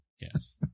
Yes